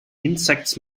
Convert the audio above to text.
insects